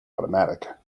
automatic